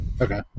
Okay